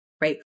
right